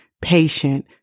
patient